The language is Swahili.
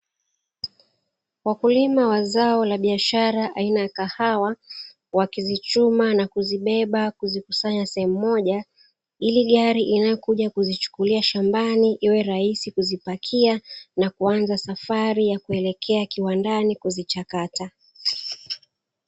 Wakulima wa zao la biashara aina ya kahawa, wakizichuma na kuzibeba kuzikusanya sehemu moja, ili gari inayokuja kuzichukululia shambani iwe rahisi kuzipakia na kuanza safari ya kuelekea kiwandani kuzichakata.